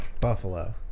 Buffalo